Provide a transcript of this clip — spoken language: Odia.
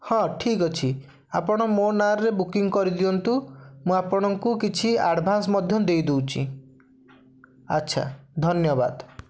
ହଁ ଠିକ୍ ଅଛି ଆପଣ ମୋ ନାଁରେ ବୁକିଙ୍ଗ କରିଦିଅନ୍ତୁ ମୁଁ ଆପଣଙ୍କୁ କିଛି ଆଡ଼ଭାନ୍ସ ମଧ୍ୟ ଦେଇ ଦେଉଛି ଆଚ୍ଛା ଧନ୍ୟବାଦ